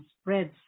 spreads